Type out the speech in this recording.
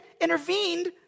intervened